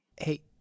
Hey